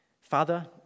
Father